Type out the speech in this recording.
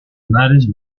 lunares